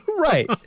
right